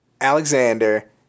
Alexander